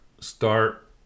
start